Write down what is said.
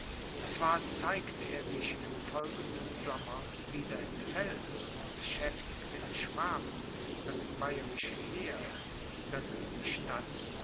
zwar zeigte er sich im folgenden sommer wieder im felde und beschäftigte in schwaben das bayerische heer daß es die stadt